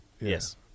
Yes